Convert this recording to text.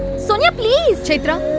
sonia, please! chaitra,